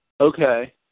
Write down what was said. okay